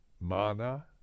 mana